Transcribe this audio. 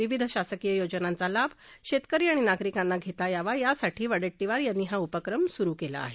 विविध शासकीय योजनांचा लाभ शेतकरी आणि नागरिकांना घेता यावा यासाठी वडेट्टीवार यांनी हा उपक्रम स्रू केला आहे